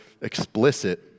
explicit